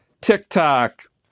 TikTok